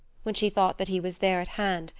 when she thought that he was there at hand,